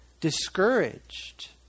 discouraged